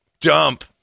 dump